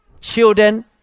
children